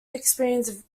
experience